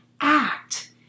act